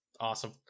Awesome